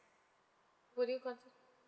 would you consider